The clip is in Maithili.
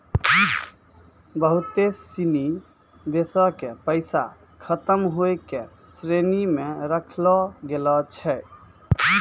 बहुते सिनी देशो के पैसा के खतम होय के श्रेणी मे राखलो गेलो छै